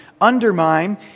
undermine